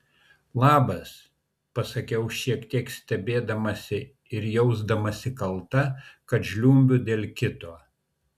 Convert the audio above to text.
labas pasakiau šiek tiek stebėdamasi ir jausdamasi kalta kad žliumbiu dėl kito